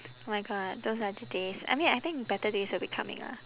my god those are the days I mean I think better days will be coming lah